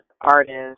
artists